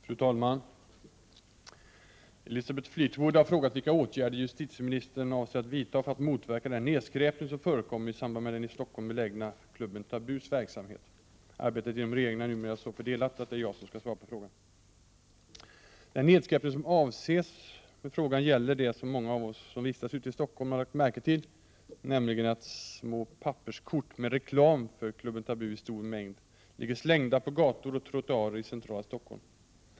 Fru talman! Elisabeth Fleetwood har frågat vilka åtgärder justitieministern avser att vidta för att motverka den nedskräpning som förekommer i samband med den i Stockholm belägna klubben Tabus verksamhet. Arbetet inom regeringen är numera så fördelat, att det är jag som skall svara på frågan. Den nedskräpning som avses med frågan gäller det som många av oss som vistas ute i Stockholm har lagt märke till, nämligen att små papperskort med reklam för klubben Tabu i stor mängd ligger slängda på gator och trottoarer i centrala Stockholm.